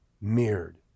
mirrored